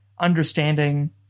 understanding